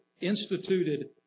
instituted